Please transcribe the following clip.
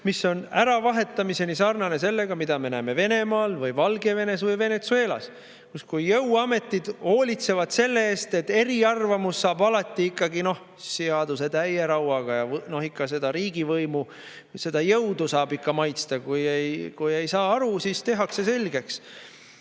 mis on äravahetamiseni sarnane sellega, mida me näeme Venemaal, Valgevenes või Venezuelas, kus jõuametid hoolitsevad selle eest, et eriarvamus saab alati seaduse täie rauaga ja riigivõimu jõudu saab ikka maitsta – kui ei saa aru, siis tehakse selgeks.